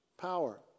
power